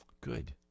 Good